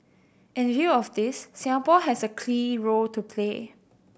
in view of this Singapore has a key role to play